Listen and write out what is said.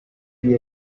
gli